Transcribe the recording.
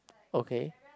okay